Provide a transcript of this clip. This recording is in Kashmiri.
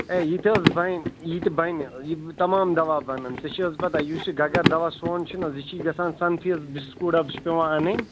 ہے یہِ تہِ حظ بَنہِ یہِ تہِ بَنہِ یہِ تَمام دوا بَنَن ژےٚ چھُ حظ پَتہٕ یُس یہِ گگر دَوا سون چھُنہٕ حظ یہِ چھُے گژھان سَنفیٖس بِسکوٗٹ ڈبہٕ چھِ پٮ۪وان اَنٕنۍ